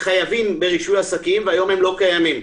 חייבים ברישוי עסקים והיום הם לא קיימים.